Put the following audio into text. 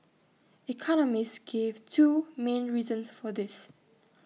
economists gave two main reasons for this